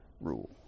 rule